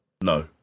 No